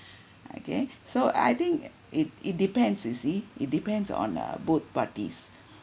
okay so I think it it depends you see it depends on uh both parties